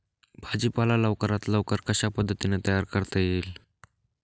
भाजी पाला लवकरात लवकर कशा पद्धतीने तयार करता येईल?